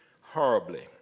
horribly